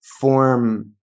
form